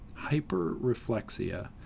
hyperreflexia